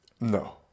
No